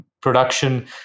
production